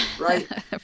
right